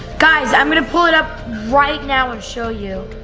guys, i'm gonna pull it up right now and show you.